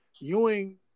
Ewing